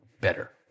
better